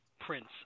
Prince